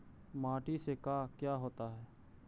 माटी से का क्या होता है?